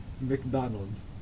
mcdonald's